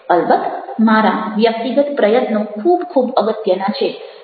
અલબત્ત મારા વ્યક્તિગત પ્રયત્નો ખૂબ ખૂબ અગત્યના છે